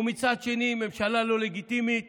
ומצד שני הממשלה לא לגיטימית